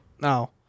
No